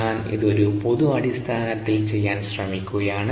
ഞാൻ അത് ഒരു പൊതു അടിസ്ഥാനത്തിൽ ചെയ്യാൻ ശ്രമിക്കുകയാണ്